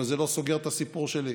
אבל זה לא סוגר את הסיפור שלי,